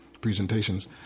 presentations